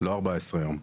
לא 14 יום,